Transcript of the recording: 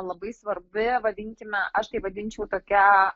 labai svarbi vadinkime aš tai vadinčiau tokia